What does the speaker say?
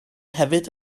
hefyd